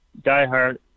Diehard